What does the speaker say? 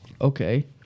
Okay